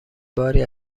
باری